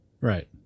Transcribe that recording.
right